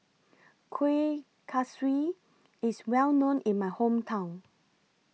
Kuih Kaswi IS Well known in My Hometown